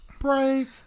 break